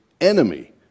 enemy